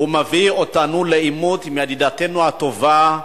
הוא מביא אותנו לעימות עם ידידתנו הטובה,